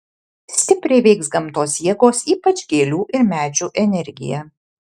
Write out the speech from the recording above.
stipriai veiks gamtos jėgos ypač gėlių ir medžių energija